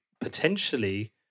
potentially